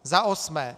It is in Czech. Za osmé.